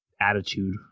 attitude